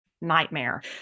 nightmare